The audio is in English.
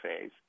phase